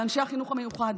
לאנשי החינוך המיוחד: